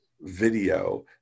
video